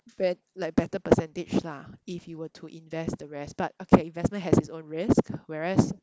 be~ like better percentage lah if you were to invest the rest but okay investment has its own risk whereas